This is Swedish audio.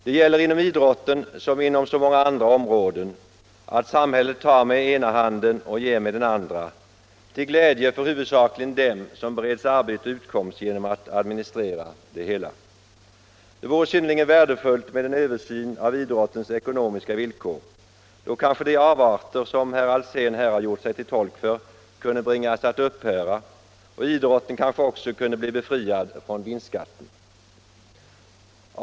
Det gäller inom idrotten som inom så många andra områden, att samhället tar med den ena handen och ger med den andra, till glädje för huvudsakligen dem som bereds arbete och utkomst genom att administrera det hela. Det vore synnerligen värdefullt med en översyn av idrottens ekonomiska villkor. Då kanske de avarter som herr Alsén här har berört kunde bringas att upphöra. Idrotten kanske också kunde bli befriad från vinstskatten.